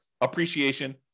appreciation